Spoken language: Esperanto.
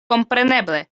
kompreneble